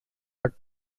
are